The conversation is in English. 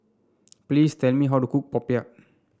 please tell me how to cook Popiah